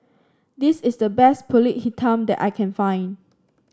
this is the best pulut Hitam that I can find